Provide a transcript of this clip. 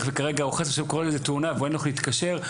וכרגע חס ושלום קורית איזו תאונה ואין לו איך להתקשר,